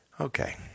Okay